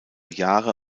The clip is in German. jahre